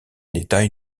détail